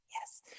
Yes